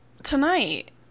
Tonight